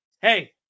Hey